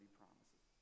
promises